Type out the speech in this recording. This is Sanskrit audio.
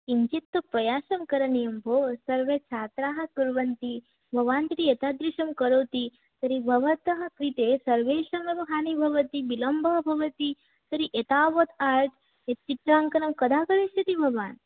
किञ्चित् तु प्रयासं करणीयं भोः सर्वे छात्राः कुर्वन्ति भवान् यदि एतादृशं करोति तर्हि भवतः कृते सर्वेषामेव हानिः भवति बिलम्बः भवति तर्हि एतावत् आर्ट् चि चित्राङ्कनं कदा करिष्यति भवान्